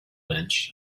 lynch